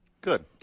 Good